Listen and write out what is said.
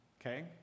Okay